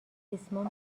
ریسمان